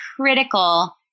critical